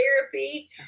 therapy